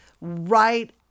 right